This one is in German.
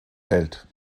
hält